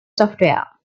software